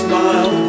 Smile